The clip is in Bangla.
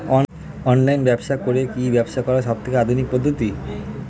অনলাইন ব্যবসা করে কি ব্যবসা করার সবথেকে আধুনিক পদ্ধতি?